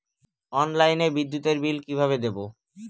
অনলাইনে বিদ্যুতের বিল কিভাবে দেব?